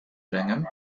brengen